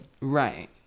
Right